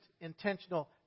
intentional